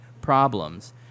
problems